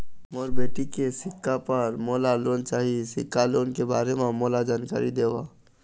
मोर बेटी के सिक्छा पर मोला लोन चाही सिक्छा लोन के बारे म मोला जानकारी देव?